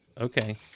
okay